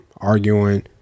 arguing